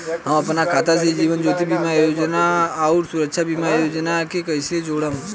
हम अपना खाता से जीवन ज्योति बीमा योजना आउर सुरक्षा बीमा योजना के कैसे जोड़म?